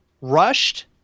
rushed